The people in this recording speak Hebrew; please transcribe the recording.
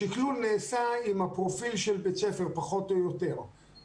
השקלול נעשה עם הפרופיל של בית הספר פחות או יותר,